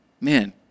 Man